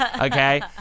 Okay